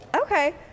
Okay